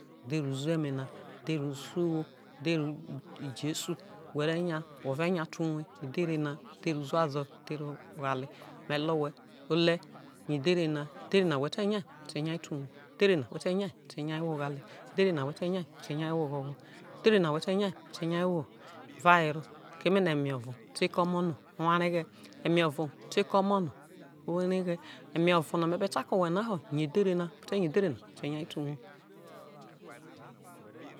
edhere uze̠me na edhere usiwo ijesu we̠re̠ nya whe̠ re̠ nya te uwo, edhere oghale, me̠ e̠ owhe̠ edhere na whe̠ te nyai whe̠ te nyai whe re nyai te uwa edhere na whe te nyai whe̠ re̠ wo ughale edhere na whe̠te̠ nyai whe re ja ye who ogho̠gho̠, edhere na whe te nyai where̠ ja ye wo erawero, kemu ma e̠me o̠vo ote̠ ke̠ o̠mo̠ no owo areghe̠ e̠me̠ o̠vo te ke o̠mo̠ no̠ owo eneghe̠ e̠me o̠vo me̠ be fa ke̠ owhe na ho̠ nya edhere na, whe ta nya edhere na we̠re̠ te uwo